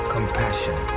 Compassion